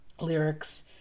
lyrics